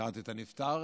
הכרתי את הנפטר,